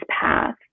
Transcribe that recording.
path